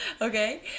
okay